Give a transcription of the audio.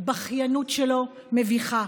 הבכיינות שלו מביכה.